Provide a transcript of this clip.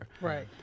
Right